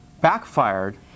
Backfired